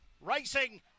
Racing